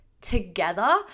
together